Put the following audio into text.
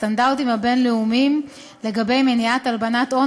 לסטנדרטים הבין-לאומיים לגבי מניעת הלבנת הון